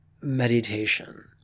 meditation